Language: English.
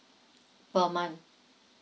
per month